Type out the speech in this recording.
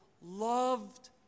loved